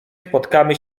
spotykamy